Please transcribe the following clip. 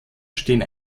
stehen